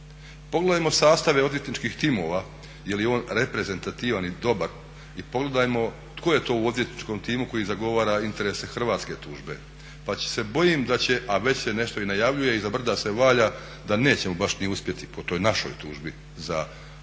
Pogledajmo sastave odvjetničkih timova jer je on reprezentativan i dobar i pogledajmo tko je to u odvjetničkom timu koji zagovara interese hrvatske tužbe pa se bojim da će, a već se nešto i najavljuje, iza brda se valja da nećemo baš ni uspjeti po toj našoj tužbi za genocid